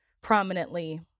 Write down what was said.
prominently